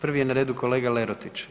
Prvi je na redu kolega Lerotić.